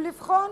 ולבחון